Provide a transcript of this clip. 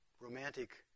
romantic